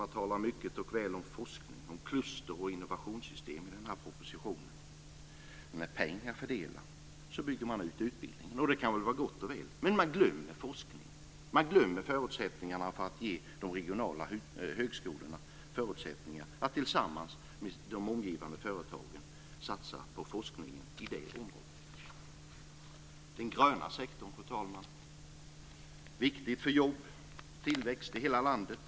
Man talar mycket och väl om forskning, om kluster och om innovationssystem i den här propositionen. Med pengar att fördela bygger man ut utbildningen, och det kan väl vara gott och väl, men man glömmer forskningen. Man glömmer förutsättningarna för att ge de regionala högskolorna möjligheter att tillsammans med de omgivande företagen satsa på forskning i sina områden. Den gröna sektorn, fru talman, är viktig för jobb och tillväxt i hela landet.